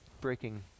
breaking